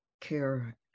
care